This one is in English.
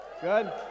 Good